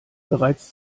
bereits